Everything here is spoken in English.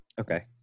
Okay